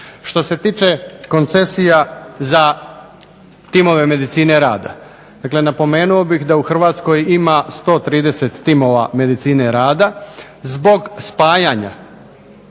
Što se tiče koncesija za timove medicine rada. Dakle, napomenuo bih da u Hrvatskoj ima 130 timova medicine rada, zbog spajanja